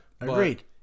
Agreed